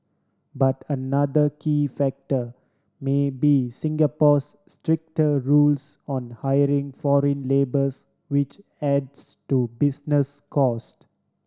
but another key factor may be Singapore's stricter rules on hiring foreign labours which adds to business cost